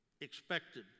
expected